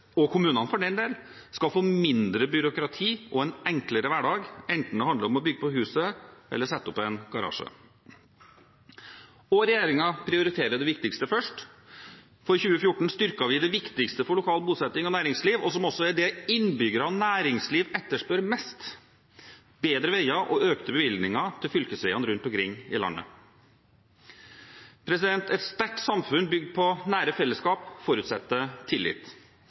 og kommunene, for den del – skal få mindre byråkrati og en enklere hverdag, enten det handler om å bygge på huset eller å sette opp en garasje. Regjeringen prioriterer det viktigste først. For 2014 styrket vi det viktigste for lokal bosetting og næringsliv og som også er det innbyggerne og næringsliv etterspør mest: bedre veier og økte bevilgninger til fylkesveiene rundt omkring i landet. Et sterkt samfunn bygd på nære fellesskap forutsetter tillit,